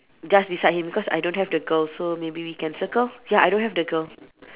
just beside him because I don't have the girl so maybe we can circle ya I don't have the girl